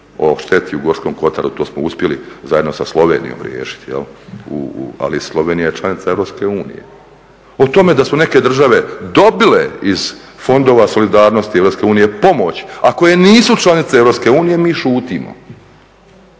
O šteti u Gorskom Kotaru, to smo uspjeli zajedno sa Slovenijom riješiti, ali Slovenija je članica EU. O tome da su neke države dobile iz fondova solidarnosti EU pomoć, a koje nisu članice EU, mi šutimo.